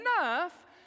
enough